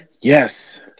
Yes